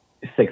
six